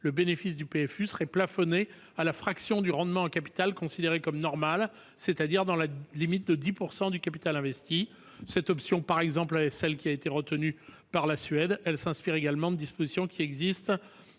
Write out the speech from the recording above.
le bénéfice du PFU serait plafonné à la fraction du rendement en capital considéré comme normal, c'est-à-dire dans la limite de 10 % du capital investi. Cette option, retenue notamment par la Suède, s'inspire d'une disposition existant